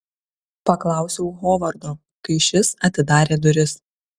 paklausiau hovardo kai šis atidarė duris